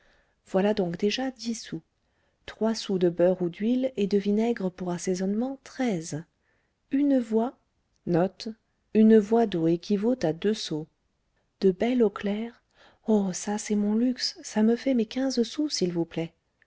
voilà donc déjà dix sous trois sous de beurre ou d'huile et de vinaigre pour assaisonnement treize une voie de belle eau claire oh ça c'est mon luxe ça me fait mes quinze sous s'il vous plaît